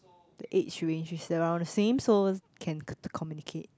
the age range is around the same so can communicate